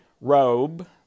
robe